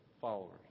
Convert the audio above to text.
followers